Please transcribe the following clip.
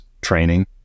training